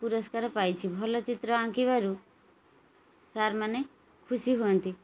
ପୁରସ୍କାର୍ ପାଇଛି ଭଲ ଚିତ୍ର ଆଙ୍କିବାରୁ ସାର୍ମାନେ ଖୁସି ହୁଅନ୍ତି